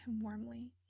warmly